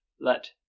let